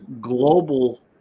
global